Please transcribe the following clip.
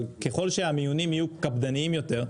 אבל ככל שהמיונים יהיו קפדניים יותר,